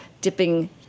dipping